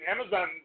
Amazon